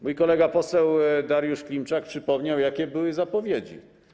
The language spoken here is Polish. Mój kolega poseł Dariusz Klimczak przypomniał, jakie były zapowiedzi.